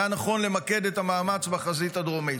והיה נכון למקד את המאמץ בחזית הדרומית.